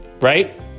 Right